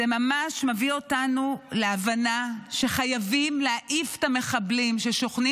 ממש מביאה אותנו להבנה שחייבים להעיף את המחבלים ששוכנים